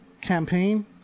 campaign